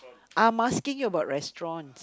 I'm asking you about restaurant